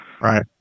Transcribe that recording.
right